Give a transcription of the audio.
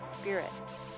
spirit